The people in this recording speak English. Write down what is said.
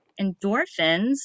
endorphins